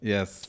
Yes